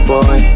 Boy